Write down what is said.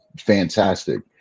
fantastic